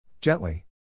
Gently